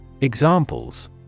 Examples